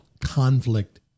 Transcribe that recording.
conflict